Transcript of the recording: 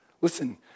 Listen